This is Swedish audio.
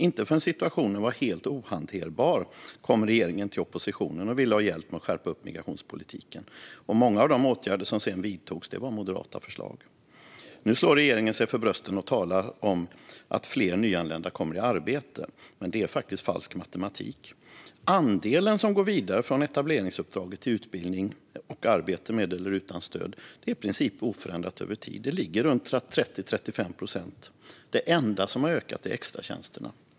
Inte förrän situationen var helt ohanterlig kom regeringen till oppositionen och ville ha hjälp med att skärpa migrationspolitiken, och många av de åtgärder som sedan vidtogs var moderata förslag. Nu slår regeringen sig för bröstet och talar om att fler nyanlända kommer i arbete, men det är falsk matematik. Andelen som går vidare från etableringsuppdraget till utbildning och arbete, med eller utan stöd, är i princip oförändrad över tid och ligger runt 30-35 procent. Det enda som har ökat är extratjänsterna.